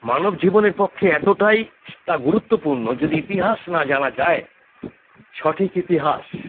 মানব জীবনের পক্ষে এতটাই তা গুরুত্বপূর্ণ যদি ইতিহাস না জানা যায় সঠিক ইতিহাস